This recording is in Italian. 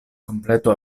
completo